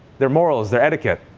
their morals, their etiquette?